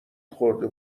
خورده